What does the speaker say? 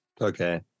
okay